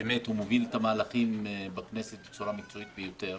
הוא מוביל את המהלכים בכנסת בצורה מקצועית ביותר.